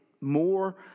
more